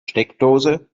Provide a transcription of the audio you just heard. steckdose